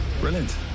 Brilliant